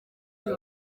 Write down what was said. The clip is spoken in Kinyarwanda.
uyu